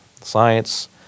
Science